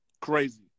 crazy